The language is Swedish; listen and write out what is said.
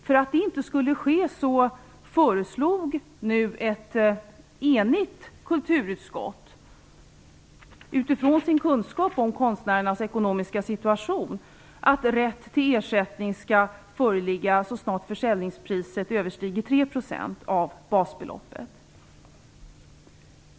För att det inte skulle ske föreslog ett enigt kulturutskott, utifrån sin kunskap om konstnärernas ekonomiska situation, att rätt till ersättning skall föreligga så snart försäljningspriset överstiger 3 % av basbeloppet.